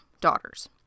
daughters